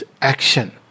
action